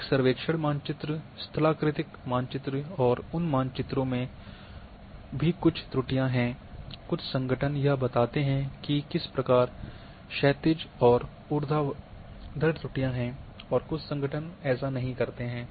एक सर्वेक्षण मानचित्र स्थलाकृतिक मानचित्र और उन मानचित्रों में भी कुछ त्रुटियां हैं कुछ संगठन यह बताते हैं कि किस प्रकार क्षैतिज और ऊर्ध्वाधर त्रुटियां हैं और कुछ संगठन ऐसा नहीं करते हैं